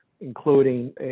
including